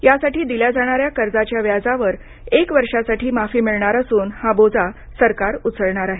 यासाठी दिल्या जाणाऱ्या कर्जाच्या व्याजावर एक वर्षासाठी माफी मिळणार असून हा बोजा सरकार उचलणार आहे